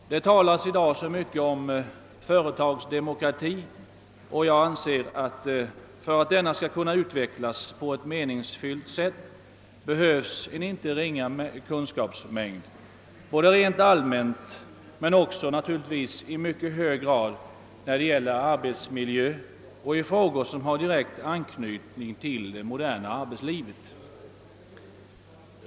Det talas i dag så mycket om företagsdemokrati. För att denna skall kunna utvecklas på ett meningsfyllt sätt behövs enligt min mening en inte ringa kunskapsmängd, både rent allmänt men också naturligtvis i hög grad när det gäller arbetsmiljö och i frågor som har direkt anknytning till det moderna arbetslivet.